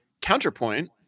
Counterpoint